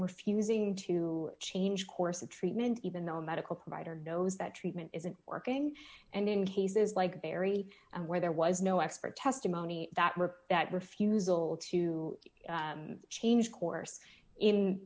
refusing to change course of treatment even though medical provider knows that treatment isn't working and in cases like barry where there was no expert testimony that were that refusal to change course in